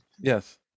Yes